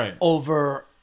over